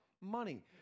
money